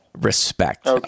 respect